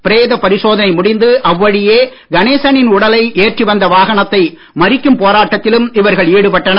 பிரேதப் பரிசோதனை முடிந்து அவ்வழியே கணேசனின் உடலை ஏற்றி வந்த வாகனத்தை மறிக்கும் போராட்டத்திலும் இவர்கள் ஈடுபட்டனர்